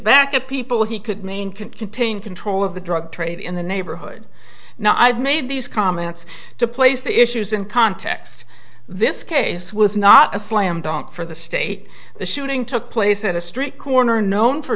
back at people he could mean could contain control of the drug trade in the neighborhood now i've made these comments to place the issues in context this case was not a slam dunk for the state the shooting took place at a street corner known for